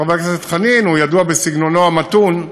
חבר הכנסת חנין ידוע בסגנונו המתון,